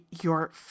Your